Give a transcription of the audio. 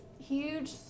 huge